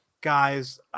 Guys